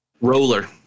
Roller